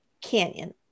canyon